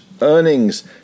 earnings